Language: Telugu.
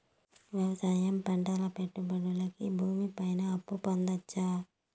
వ్యవసాయం పంటల పెట్టుబడులు కి భూమి పైన అప్పు పొందొచ్చా?